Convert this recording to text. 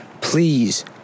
Please